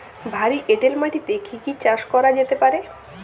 ভারী এঁটেল মাটিতে কি কি চাষ করা যেতে পারে?